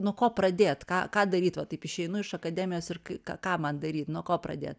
nuo ko pradėt ką ką daryt va taip išeinu iš akademijos ir ką ką man daryt nuo ko pradėt